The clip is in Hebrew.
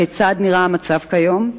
אך כיצד נראה המצב היום?